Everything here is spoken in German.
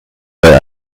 bei